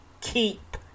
keep